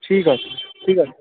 ঠিক আছে ঠিক আছে